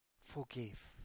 Forgive